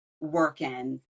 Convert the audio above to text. working